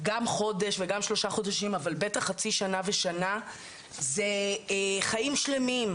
גם חודש וגם שלושה חודשים אבל בטח חצי שנה ושנה זה חיים שלמים.